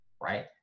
right